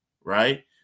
right